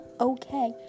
okay